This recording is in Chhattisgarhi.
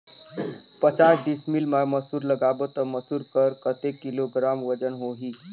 पचास डिसमिल मा मसुर लगाबो ता मसुर कर कतेक किलोग्राम वजन होही?